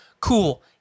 Cool